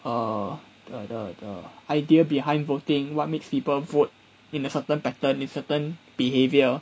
err the err idea behind voting what makes people vote in a certain pattern with certain behavior